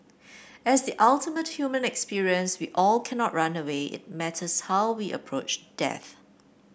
as the ultimate human experience we all cannot run away it matters how we approach death